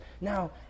Now